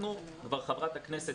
חברת הכנסת,